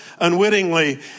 unwittingly